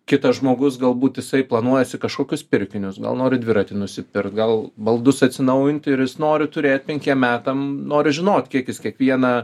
kitas žmogus galbūt jisai planuojasi kažkokius pirkinius gal nori dviratį nusipirkt gal baldus atsinaujinti ir jis nori turėt penkiem metam nori žinot kiek jis kiekvieną